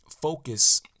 focus